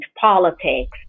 politics